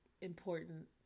important